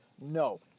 no